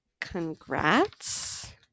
congrats